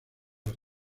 los